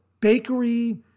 bakery